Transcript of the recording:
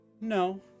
No